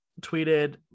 tweeted